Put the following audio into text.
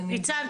אז אני--- ניצן,